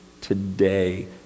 today